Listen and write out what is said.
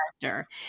character